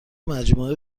مجموعه